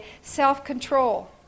self-control